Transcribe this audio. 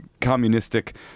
communistic